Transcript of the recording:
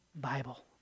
Bible